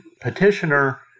petitioner